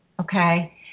Okay